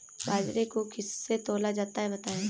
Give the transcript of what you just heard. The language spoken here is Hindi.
बाजरे को किससे तौला जाता है बताएँ?